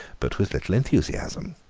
but with little enthusiasm.